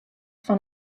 fan